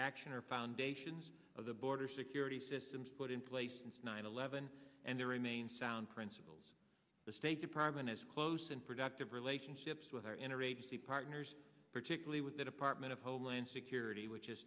action are foundations of the border security systems put in place since nine eleven and there remain sound principles the state department has close and productive relationships with our inner agency partners particularly with the department of homeland security which is